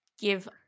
give